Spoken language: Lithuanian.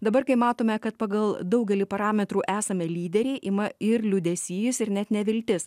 dabar kai matome kad pagal daugelį parametrų esame lyderiai ima ir liūdesys ir net neviltis